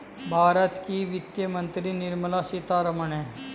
भारत की वित्त मंत्री निर्मला सीतारमण है